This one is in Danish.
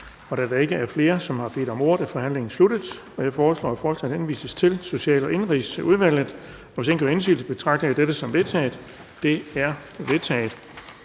Da der ikke er flere, som har bedt om ordet, er forhandlingen sluttet. Jeg foreslår, at forslaget henvises til Social- og Indenrigsudvalget, og hvis ingen gør indsigelse, betragter jeg dette som vedtaget. Det er vedtaget.